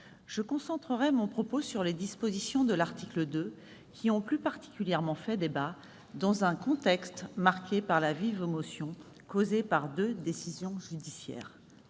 je concentrerai mon propos sur les dispositions de l'article 2 qui ont plus particulièrement fait débat, dans un contexte marqué par la vive émotion causée par deux décisions judiciaires.